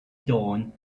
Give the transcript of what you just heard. dawn